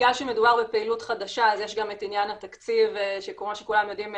בגלל שמדובר בפעילות חדשה אז יש גם את עניין התקציב שכמו שכולם יודעים,